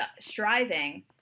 striving